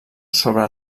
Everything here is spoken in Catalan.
sobre